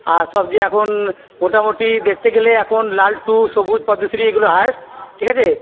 আর সবচেয়ে এখন মোটামোটি দেখতে গেলে এখন লালটু সবুজ পদ্মশ্রী এগুলো হায়েস্ট ঠিক আছে